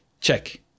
check